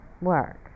work